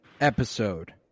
episode